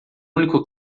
único